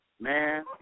man